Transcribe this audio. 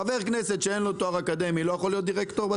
חבר כנסת שאין לו תואר אקדמאי לא יכול להיות בתאגיד?